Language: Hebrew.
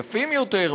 יפים יותר,